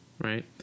right